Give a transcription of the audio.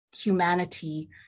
humanity